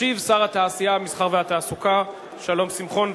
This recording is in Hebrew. ישיב שר התעשייה, המסחר והתעסוקה שלום שמחון.